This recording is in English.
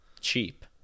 Cheap